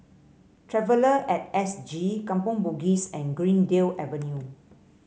Traveller and S G Kampong Bugis and Greendale Avenue